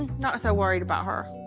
and not so worried about her.